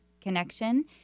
connection